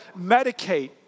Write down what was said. medicate